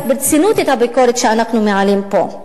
ברצינות גם את הביקורת שאנחנו מעלים פה.